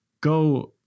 go